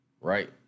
right